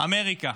אמריקה,